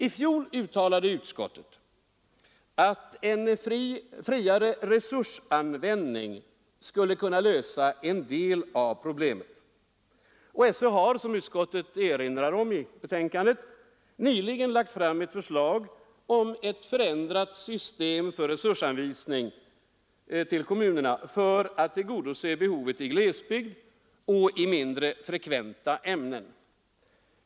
I fjol uttalade utskottet att en friare resursanvändning skulle kunna lösa en del av problemen. SÖ har, som utskottet erinrar om i betänkandet, nyligen lagt fram ett förslag om ett förändrat system för resursanvisning till kommunerna för att tillgodose behovet i glesbygd och av mindre frekventa ämnen.